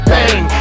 Bang